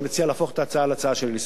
אני מציע להפוך את ההצעה להצעה לסדר-היום.